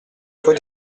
rue